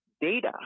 data